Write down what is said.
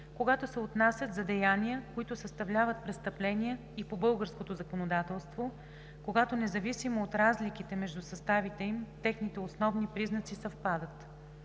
когато се отнасят за деяния, които съставляват престъпления и по българското законодателство, когато независимо от разликите между съставите им техните основни признаци съвпадат.